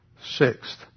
Sixth